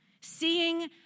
seeing